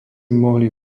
mohli